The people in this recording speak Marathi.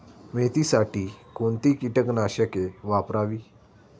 मेथीसाठी कोणती कीटकनाशके वापरावी?